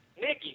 Nikki